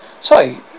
Sorry